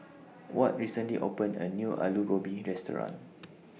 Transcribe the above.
Ward recently opened A New Alu Gobi Restaurant